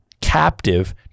captive